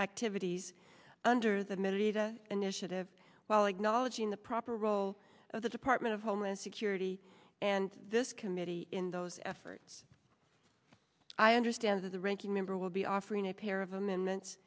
activities under the middy the initiative while acknowledging the proper role of the department of homeland security and this committee in those efforts i understand that the ranking member will be offering a pair of amendments